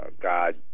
God